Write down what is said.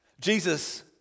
Jesus